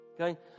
okay